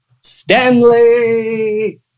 Stanley